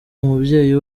umubyeyi